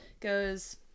goes